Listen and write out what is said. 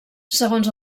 segons